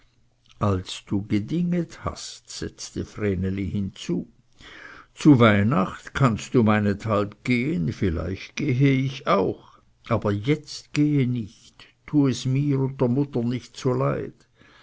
als du gedinget hast setzte vreneli hinzu zu weihnacht kannst du meinethalb gehen vielleicht gehe ich auch aber jetzt gehe nicht tue es mir und der mutter nicht zuleid